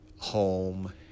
Home